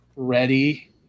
ready